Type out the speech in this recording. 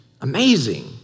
amazing